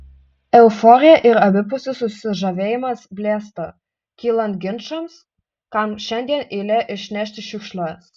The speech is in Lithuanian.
euforija ir abipusis susižavėjimas blėsta kylant ginčams kam šiandien eilė išnešti šiukšles